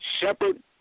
Shepard